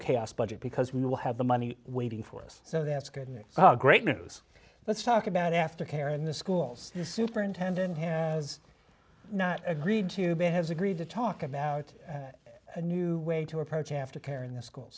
chaos budget because we will have the money waiting for us so that's good news oh great news let's talk about aftercare in the schools superintendent has agreed to be has agreed to talk about a new way to approach aftercare in the school